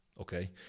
okay